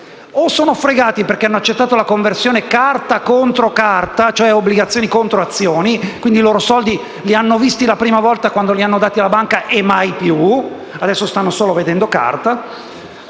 restano fregati perché hanno accettato la conversione carta contro carta, cioè obbligazioni contro azioni (quindi i loro soldi li hanno visti la prima volta, quando li hanno dati alla banca, e poi mai più perché adesso stanno solo vedendo carta),